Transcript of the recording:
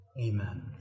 Amen